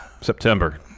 September